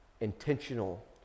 intentional